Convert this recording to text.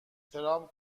ترامپ